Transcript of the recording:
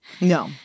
No